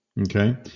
Okay